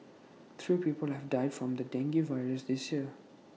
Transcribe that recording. three people have died from the dengue virus this year